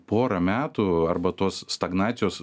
porą metų arba tos stagnacijos